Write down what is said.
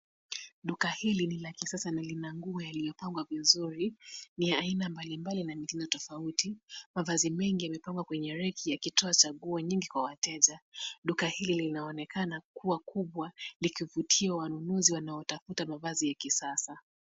Duka hili ni la kisasa na lina nguo yaliyopangwa vizuri. Ni ya aina mbalimbali na mitindo tofauti. Mavazi mengi yamepangwa kwenye reki yakitoa chaguo nyingi kwa wateja. Duka hili linaonekana kuwa kubwa likivutia wanunuzi wanaotafuta mavazi ya kisasa.